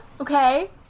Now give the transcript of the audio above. Okay